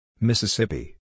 Mississippi